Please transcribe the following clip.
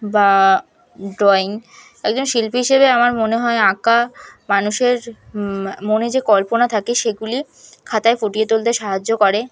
বা ড্রয়িং একজন শিল্পী হিসেবে আমার মনে হয় আঁকা মানুষের মনে যে কল্পনা থাকে সেগুলি খাতায় ফুটিয়ে তুলতে সাহায্য করে